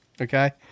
Okay